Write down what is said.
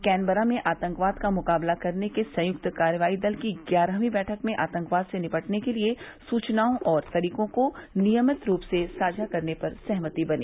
Canberra में आतंकवाद का मुकाबला करने के संयुक्त कार्रवाई दल की ग्यारहवीं बैठक में आतंकवाद से निपटने के लिए सुवनाओं और तरीकों को नियमित रूप से साझा करने पर सहमति बनी